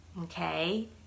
okay